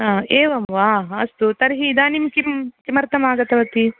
हा एवं वा अस्तु तर्हि इदानीं किं किमर्थम् आगतवति